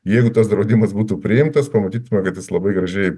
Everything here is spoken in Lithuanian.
jeigu tas draudimas būtų priimtas pamatytume kad jis labai gražiai